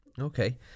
okay